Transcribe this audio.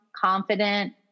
confident